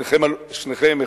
שניכם,